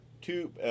Two